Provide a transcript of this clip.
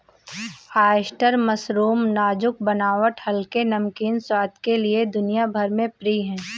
oyster mushroom नाजुक बनावट हल्के, नमकीन स्वाद के लिए दुनिया भर में प्रिय है